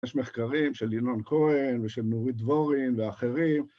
יש מחקרים של ינון כהן ושל נורית דבורין ואחרים.